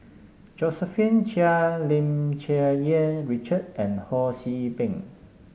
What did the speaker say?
Josephine Chia Lim Cherng Yih Richard and Ho See Beng